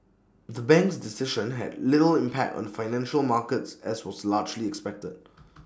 the bank's decision had little impact on financial markets as was largely expected